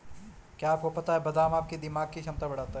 क्या आपको पता है बादाम आपकी दिमागी क्षमता बढ़ाता है?